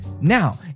Now